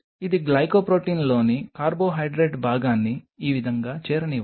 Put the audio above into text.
ఇది గ్లైకోప్రొటీన్లోని కార్బోహైడ్రేట్ భాగాన్ని ఈ విధంగా చేరనివ్వండి